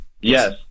yes